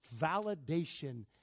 validation